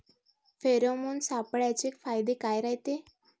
Pheromone सापळ्याचे फायदे काय रायते?